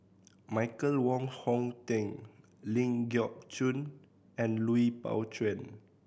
Michael Wong Hong Teng Ling Geok Choon and Lui Pao Chuen